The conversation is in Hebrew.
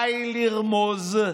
די לרמוז,